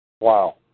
Wow